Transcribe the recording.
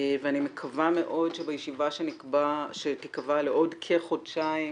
אני מקווה מאוד שבישיבה שתיקבע לעוד כחודשיים